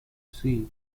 see